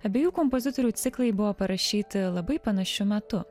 abiejų kompozitorių ciklai buvo parašyti labai panašiu metu